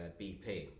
BP